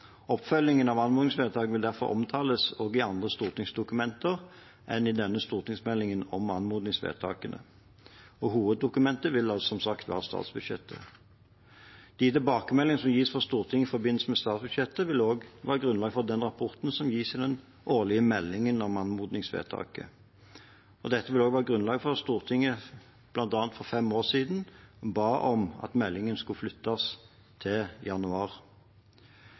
Oppfølgingen av anmodningsvedtak vil derfor omtales også i andre stortingsdokumenter enn i denne stortingsmeldingen om anmodningsvedtakene. Hoveddokumentet vil som sagt være statsbudsjettet. De tilbakemeldingene som gis fra Stortinget i forbindelse med statsbudsjettet, vil også være grunnlag for den rapporten som gis i den årlige meldingen om anmodningsvedtaket. Det var også grunnlaget for at Stortinget for fem år siden ba om at meldingen skulle flyttes til januar.